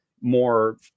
more